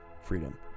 Freedom